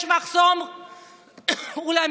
יש מחסור עולמי